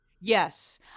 yes